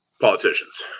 Politicians